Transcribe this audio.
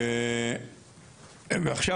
ועכשיו,